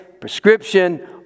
prescription